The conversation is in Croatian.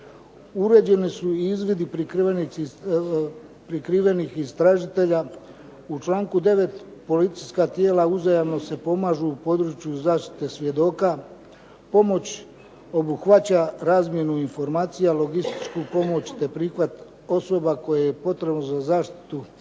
Uređeni su i izvidi prikrivenih istražitelja. U članku 9. policijska tijela uzajamno se pomažu u području zaštite svjedoka. Pomoć obuhvaća razmjenu informacija, logističku pomoć te prihvat osoba koje je potrebno za zaštitu.